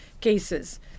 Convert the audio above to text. cases